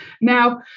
Now